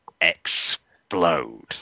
explode